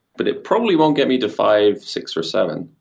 but it probably won't get me to five, six, or seven,